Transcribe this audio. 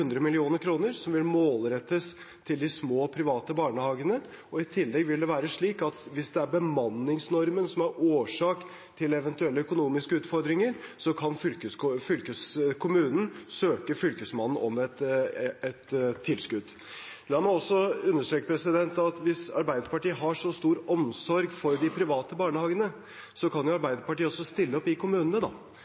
som vil målrettes til de små private barnehagene. I tillegg vil det være slik at hvis det er bemanningsnormen som er årsak til eventuelle økonomiske utfordringer, kan kommunen søke Fylkesmannen om tilskudd. La meg understreke at hvis Arbeiderpartiet har så stor omsorg for de private barnehagene, kan jo de også stille opp i kommunene,